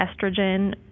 estrogen